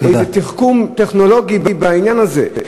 איזה תחכום טכנולוגי בעניין הזה?